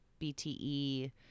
BTE